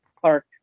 Clark